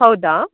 ಹೌದಾ